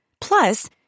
Plus